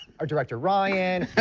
our director ryan,